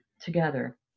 together